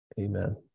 Amen